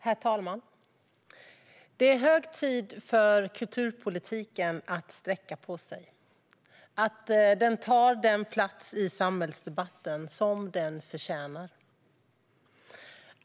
Herr talman! Det är hög tid för kulturpolitiken att sträcka på sig och ta den plats i samhällsdebatten som den förtjänar.